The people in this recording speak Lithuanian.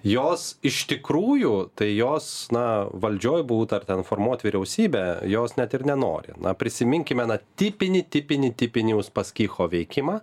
jos iš tikrųjų tai jos na valdžioj būt ar ten formuot vyriausybę jos net ir nenori na prisiminkime na tipinį tipinį tipinį uspaskicho veikimą